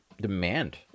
demand